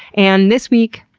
and this week,